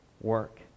work